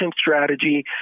strategy